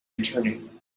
returning